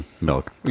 milk